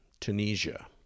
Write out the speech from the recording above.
Tunisia